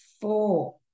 four